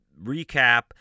recap